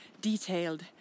detailed